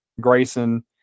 Grayson